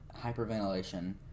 hyperventilation